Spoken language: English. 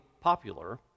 popular